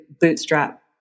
bootstrap